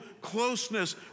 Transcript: closeness